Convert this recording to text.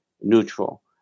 neutral